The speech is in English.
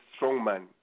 strongman